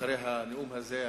אחרי הנאום הזה,